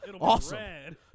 awesome